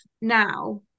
now